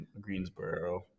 Greensboro